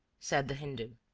said the hindoo.